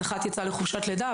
אז אחת יצאה לחופשת לידה,